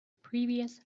previous